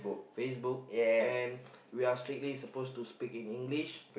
Facebook and we are strictly supposed to speak in English